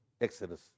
Exodus